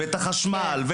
את החשמל,